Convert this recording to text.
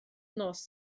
nos